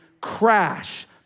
crash